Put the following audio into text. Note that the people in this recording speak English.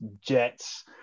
Jets